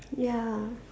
ya